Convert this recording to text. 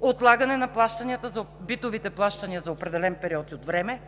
отлагане на битовите плащания за определен период от време;